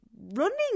running